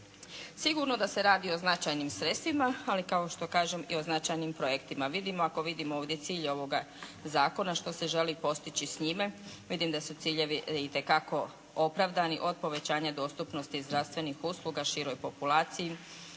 Sigurno da se radi o značajnim sredstvima, ali kao što kažem i o značajnim projektima. Vidimo, ako vidimo ovdje cilj ovoga zakona što se želi postići s njime. Vidim da su ciljevi itekako opravdani od povećanja dostupnosti zdravstvenih usluga široj populaciji